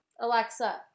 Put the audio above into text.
Alexa